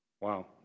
Wow